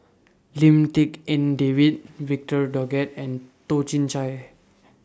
Lim Tik En David Victor Doggett and Toh Chin Chye